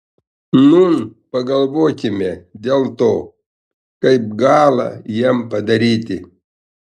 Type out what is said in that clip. nūn pagalvokime dėl to kaip galą jam padaryti